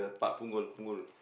Punggol Punggol